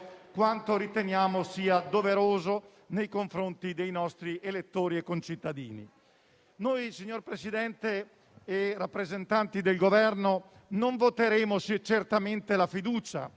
quanto riteniamo sia doveroso nei confronti dei nostri elettori e concittadini. Signor Presidente, rappresentanti del Governo, non voteremo certamente la fiducia